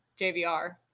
JVR